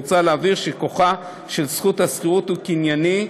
מוצע להבהיר שכוחה של זכות השכירות הוא קנייני,